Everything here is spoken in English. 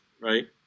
Right